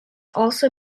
also